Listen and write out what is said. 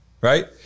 right